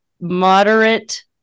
moderate